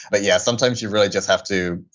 but yeah, sometimes you really just have to,